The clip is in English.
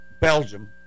Belgium